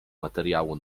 materiału